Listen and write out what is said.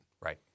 Right